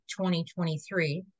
2023